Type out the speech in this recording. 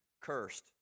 Cursed